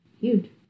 huge